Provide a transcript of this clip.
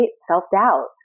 Self-doubt